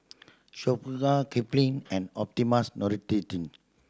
Kipling and Optimums